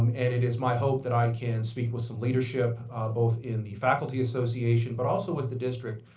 um and it is my hope that i can speak with some leadership both in the faculty association, but also with the district,